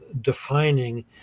defining